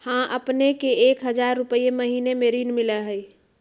हां अपने के एक हजार रु महीने में ऋण मिलहई?